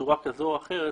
בצורה כזאת או אחרת,